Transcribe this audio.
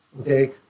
Okay